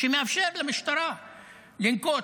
שמאפשר למשטרה לנקוט,